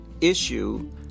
issue